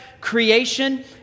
creation